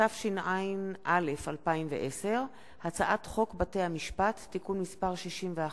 התשע"א 2010, והצעת חוק בתי-המשפט (תיקון מס' 61)